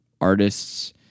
artist's